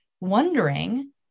Wondering